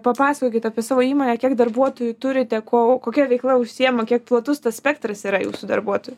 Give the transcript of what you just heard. papasakokit apie savo įmonę kiek darbuotojų turite kuo kokia veikla užsiima kiek platus tas spektras yra jūsų darbuotojų